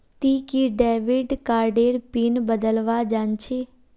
कि ती डेविड कार्डेर पिन बदलवा जानछी